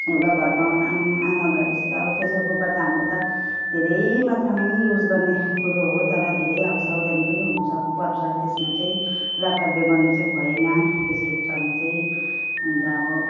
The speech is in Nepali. एउटा घरको आम आमा भएपछि त अब प्रेसर कुकर त हाम्रो त धेरै मात्रामै युज गर्ने कुरो हो तर धेरै अब सावधानी पनि हुनु सक पर्छ त्यसमा चाहिँ लापरवाही गर्नु चाहिँ भएन प्रेसर कुकरमा चाहिँ अन्त अब